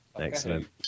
Excellent